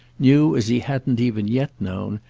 knew as he hadn't even yet known,